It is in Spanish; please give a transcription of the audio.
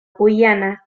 guyana